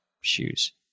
shoes